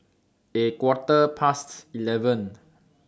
A Quarter Past eleven